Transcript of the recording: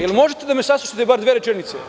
Da li možete da me saslušate bar dve rečenice.